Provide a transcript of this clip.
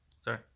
sorry